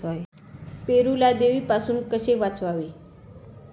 पेरूला देवीपासून कसे वाचवावे?